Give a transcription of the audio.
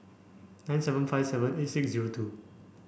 nine seven five seven eight six zero two